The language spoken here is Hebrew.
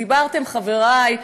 ודיברתם, חברי,